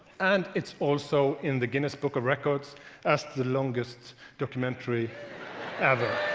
and it's also in the guinness book of records as the longest documentary ever.